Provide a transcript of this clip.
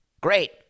Great